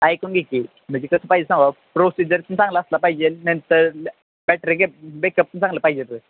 ऐकून घे की म्हणजे कसं पाहिजे सांगा प्रोसिजर चांगला असला पाहिजे नंतर बॅ बॅटरीचा बॅकअप पण चांगलं पाहिजे तर